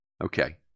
Okay